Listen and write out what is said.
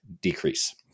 decrease